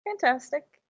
fantastic